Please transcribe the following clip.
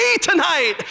tonight